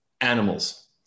animals